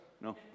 No